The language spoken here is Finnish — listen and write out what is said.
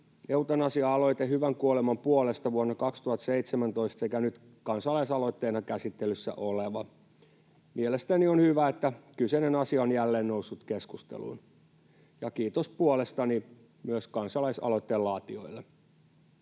”Eutanasia-aloite hyvän kuoleman puolesta” vuonna 2017 sekä nyt kansalaisaloitteena käsittelyssä oleva. Mielestäni on hyvä, että kyseinen asia on jälleen noussut keskusteluun. Kiitos puolestani myös kansalaisaloitteen laatijoille.